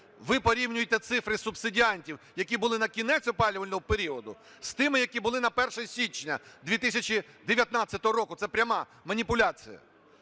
ви порівнюєте цифри субсидіантів, які були на кінець опалювального періоду, з тими, які були на 1 січня 2019 року. Це пряма маніпуляція.